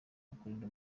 ukurinda